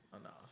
enough